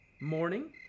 morning